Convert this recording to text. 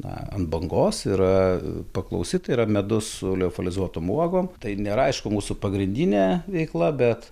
na ant bangos yra paklausi tai yra medus su liofilizuotom uogom tai nėra aišku mūsų pagrindinė veikla bet